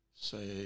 say